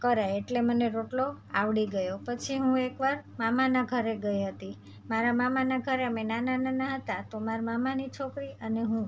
કરાય એટલે મને રોટલો આવડી ગયો પછી હું એકવાર મામાના ઘરે ગઈ હતી મારા મામાના ઘરે અમે નાના નાના હતા તો મારા મામાની છોકરી અને હું